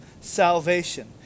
salvation